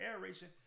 aeration